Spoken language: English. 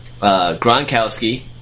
Gronkowski